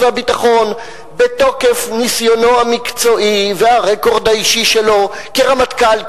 והביטחון בתוקף ניסיונו המקצועי והרקורד האישי שלו כרמטכ"ל,